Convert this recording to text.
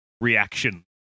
reaction